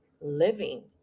living